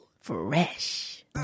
Fresh